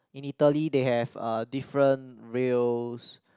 in Italy they have uh different rails